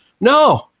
no